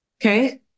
Okay